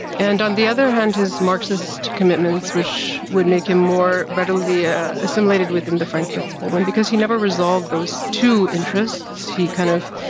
and, on the other hand, his marxist commitments, which would make him more readily ah assimilated within the frankfurt school. and because he never resolved those two interests he, kind of,